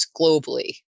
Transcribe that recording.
globally